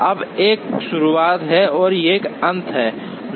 अब एक शुरुआत है और एक अंत है